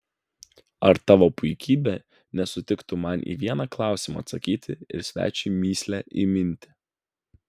ar tavo puikybė nesutiktų man į vieną klausimą atsakyti ir svečiui mįslę įminti